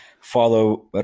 follow